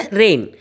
rain